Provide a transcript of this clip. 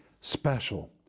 special